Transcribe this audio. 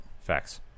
Facts